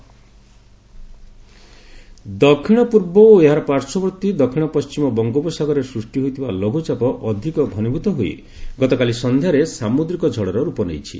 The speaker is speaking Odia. ସାଇକ୍ଲୋନ୍ ଦକ୍ଷିଣ ପୂର୍ବ ଓ ଏହାର ପାର୍ଶ୍ୱବର୍ତୀ ଦକ୍ଷିଣ ପଣ୍ଟିମ ବଙ୍ଗୋପସାଗରରେ ସୃଷ୍ଟି ହୋଇଥିବା ଲଘୁଚାପ ଅଧିକ ଘନୀଭୂତ ହୋଇ ଗତକାଲି ସଂଧ୍ୟାରେ ସାମୁଦ୍ରିକ ଝଡର ରୂପ ନେଇଛି